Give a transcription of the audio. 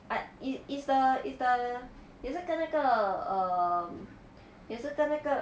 but it it's the it's the 也是跟那个 err 也是跟那个